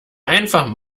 einfach